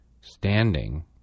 standing